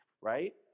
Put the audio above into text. right